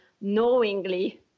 knowingly